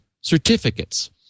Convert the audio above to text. certificates